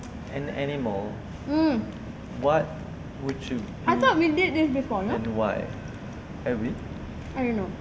an animal what would you be and why have we